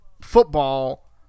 football